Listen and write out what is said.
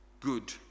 Good